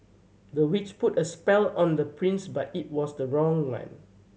the witch put a spell on the prince but it was the wrong one